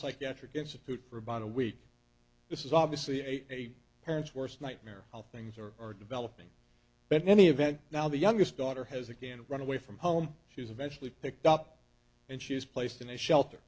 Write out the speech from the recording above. psychiatric institute for about a week this is obviously a parent's worst nightmare how things are are developing but many of them now the youngest daughter has again run away from home she was eventually picked up and she was placed in a shelter